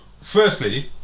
firstly